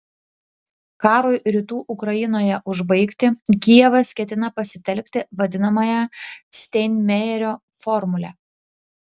karui rytų ukrainoje užbaigti kijevas ketina pasitelkti vadinamąją steinmeierio formulę